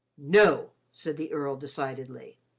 no! said the earl decidedly,